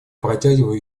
протягиваю